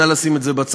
נא לשים את זה בצד,